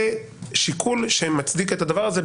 זה שיקול שמצדיק את הדבר הזה.